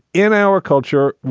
in our culture,